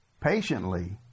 patiently